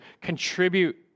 contribute